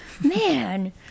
Man